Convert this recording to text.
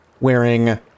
wearing